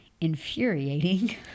infuriating